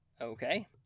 Okay